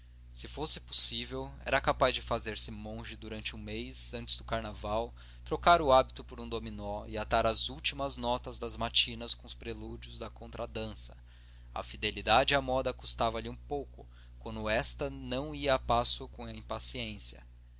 se fosse possível era capaz de fazer-se monge durante um mês antes do carnaval trocar o hábito por um dominó e atar as últimas notas das matinas com os prelúdios da contradança a fidelidade à moda custavalhe um pouco quando esta não ia a passo com a impaciência